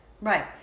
right